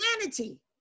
humanity